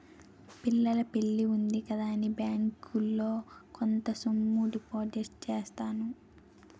పిల్ల పెళ్లి ఉంది కదా అని బ్యాంకులో కొంత సొమ్ము డిపాజిట్ చేశాను